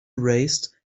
raised